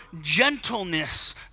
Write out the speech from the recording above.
gentleness